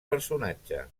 personatge